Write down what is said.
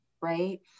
right